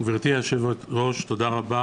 תודה רבה